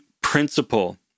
principle